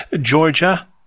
Georgia